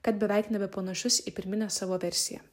kad beveik nebepanašus į pirminę savo versiją